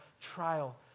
trial